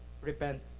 Repent